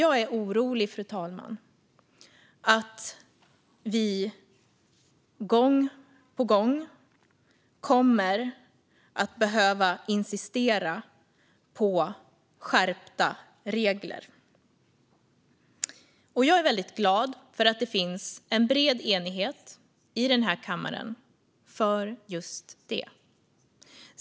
Jag är orolig för att vi gång på gång kommer att behöva insistera på skärpta regler. Jag är dock glad över att det finns en bred enighet i kammaren för just detta.